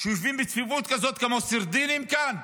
הם יושבים בצפיפות כזאת כאן,